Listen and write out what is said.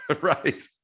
right